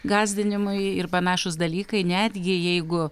gąsdinimai ir panašūs dalykai netgi jeigu